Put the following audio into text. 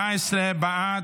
18 בעד.